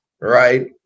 right